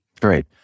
Great